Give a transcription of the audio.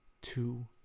two